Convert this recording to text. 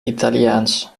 italiaans